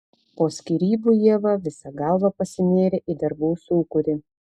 po skyrybų ieva visa galva pasinėrė į darbų sūkurį